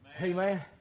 Amen